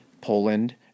Poland